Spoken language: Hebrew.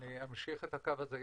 אני אמשיך את הקו הזה.